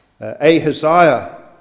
Ahaziah